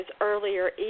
earlier